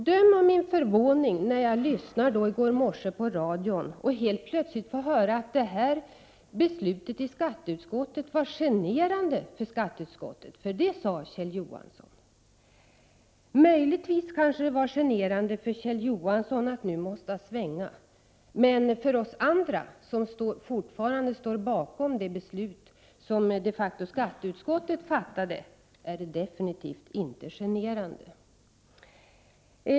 Döm om min förvåning när jag i går morse lyssnade på radion och helt plötsligt fick höra Kjell Johansson säga att beslutet i fråga var generande för skatteutskottet. Ja, det kan möjligen ha varit generande för Kjell Johansson att nu behöva göra en omsvängning. För oss andra, som fortfarande står bakom det ställningstagande som skatteutskottet de facto gjorde, är beslutet definitivt inte generande.